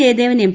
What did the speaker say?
Jayadevan M